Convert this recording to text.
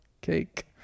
cake